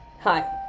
Hi